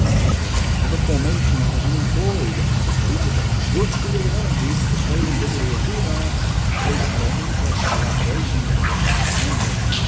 but there was another formation which was unemployed, and they devoted a good deal of energy to persuading brigadier pienaar to take more interest in the operations going on around him.